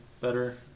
better